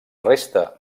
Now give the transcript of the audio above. resta